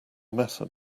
method